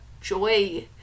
joy